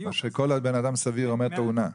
מה שכל בנאדם סביר אומר תאונה.